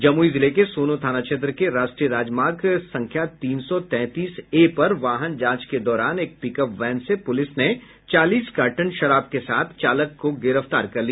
जमुई जिले के सोनो थाना क्षेत्र के राष्ट्रीय राजमार्ग तीन सौ तैंतीस ए पर वाहन जांच के दौरान एक पिकअप वैन से पुलिस ने चालीस कार्टन शराब के साथ चालक को गिरफ्तार किया